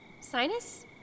Sinus